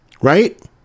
Right